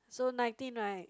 so nineteen right